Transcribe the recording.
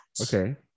okay